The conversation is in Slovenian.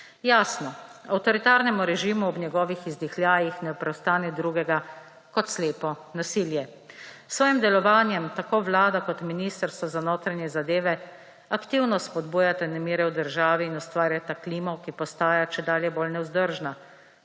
Jasno, avtoritarnemu režimu ob njegovih izdihljajih ne preostane drugega kot slepo nasilje. S svojim delovanjem tako vlada kot Ministrstvo za notranje zadeve aktivno spodbujata nemire v državi in ustvarjata klimo, ki postaja čedalje bolj nevzdržna,